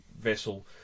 vessel